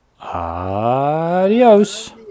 Adios